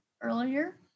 earlier